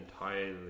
entirely